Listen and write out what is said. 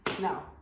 no